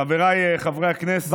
חבריי חברי הכנסת,